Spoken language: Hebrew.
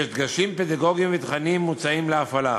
ויש דגשים פדגוגיים ותכנים מוצעים להפעלה.